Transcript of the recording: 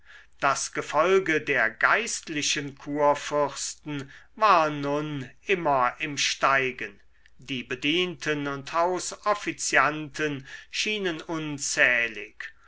das gefolge der geistlichen kurfürsten war nun immer im steigen die bedienten und hausoffizianten schienen unzählig